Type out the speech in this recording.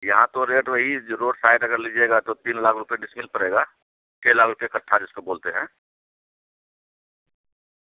یہاں تو ریٹ وہی روڈ سائڈ اگر لیجیے گا تو تین لاکھ روپے ڈسمل پڑے گا چھ لاکھ روپے اکٹھا جس کو بولتے ہیں